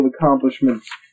accomplishments